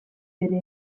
ere